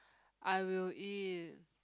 I will eat